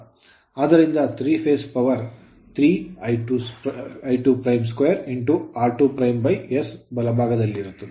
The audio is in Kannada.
ಆದ್ದರಿಂದ 3 ಫೇಸ್ ಪವರ್ 3 I22 r2s ಬಲಭಾಗದಲ್ಲಿರುತ್ತದೆ